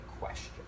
question